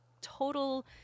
total